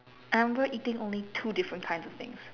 I'm remember eating only two different kinds of things